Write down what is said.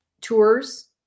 tours